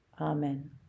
Amen